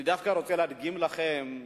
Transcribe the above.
אני דווקא רוצה להדגים לכם,